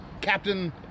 Captain